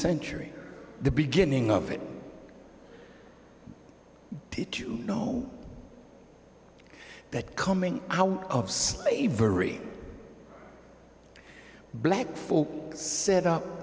century the beginning of it did you know that coming out of slavery black folk set up